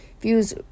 views